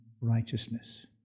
righteousness